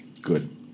Good